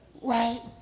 right